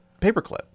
paperclip